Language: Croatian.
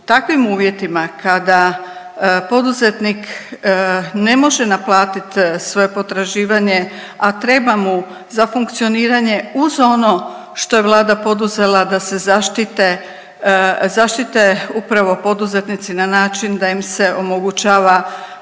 takvim uvjetima kada poduzetnik ne može naplatit svoje potraživanje, a treba mu za funkcioniranje uz ono što je Vlada poduzela da se zaštite, zaštite upravo poduzetnici na način da im se omogućava